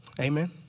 Amen